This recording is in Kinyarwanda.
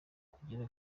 kugira